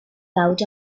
thought